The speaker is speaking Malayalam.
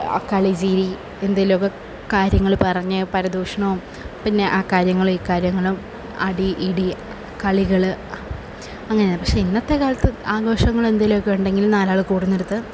കളി ചിരി എന്തെങ്കിലുമൊക്കെ കാര്യങ്ങള് പറഞ്ഞ് പരദൂഷണവും പിന്നെ അക്കാര്യങ്ങളും ഇക്കാര്യങ്ങളും അടി ഇടി കളികള് അങ്ങനെ പക്ഷേ ഇന്നത്തെ കാലത്ത് ആഘോഷങ്ങളെന്തെങ്കിലുമൊക്കെ ഉണ്ടെങ്കില് നാലാള് കൂടുന്നയിടത്ത്